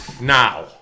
Now